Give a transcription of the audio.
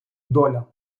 доля